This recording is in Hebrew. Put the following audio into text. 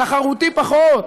תחרותי פחות.